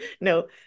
No